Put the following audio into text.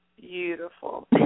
Beautiful